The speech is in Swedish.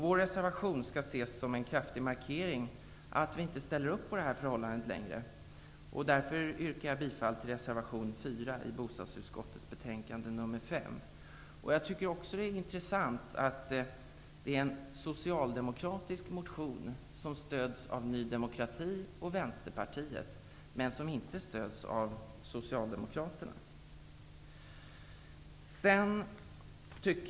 Vår reservation skall ses som en kraftig markering av att vi inte längre ställer upp på det här förhållandet. Därför yrkar jag bifall till reservation Det är också intressant att en socialdemokratisk motion stöds av Ny demokrati och Vänsterpartiet men inte av Socialdemokraterna.